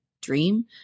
dream